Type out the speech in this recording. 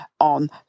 on